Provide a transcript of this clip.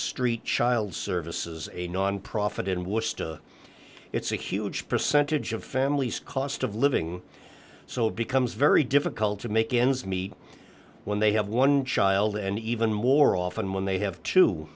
street child services a nonprofit in worcester it's a huge percentage of families cost of living so it becomes very difficult to make ends meet when they have one child and even more often when they have to